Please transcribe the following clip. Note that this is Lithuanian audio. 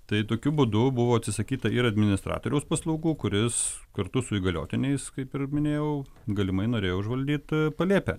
tai tokiu būdu buvo atsisakyta ir administratoriaus paslaugų kuris kartu su įgaliotiniais kaip ir minėjau galimai norėjo užvaldyt palėpę